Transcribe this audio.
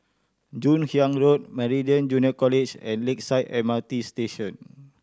Joon Hiang Road Meridian Junior College and Lakeside M R T Station